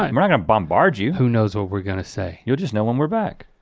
um we're not gonna bombard you. who knows what we're gonna say. you'll just know when we're back.